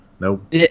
Nope